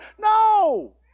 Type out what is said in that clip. No